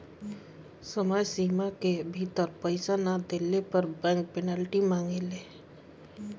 तय समय सीमा के भीतर पईसा ना देहला पअ बैंक पेनाल्टी मारेले